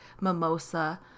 mimosa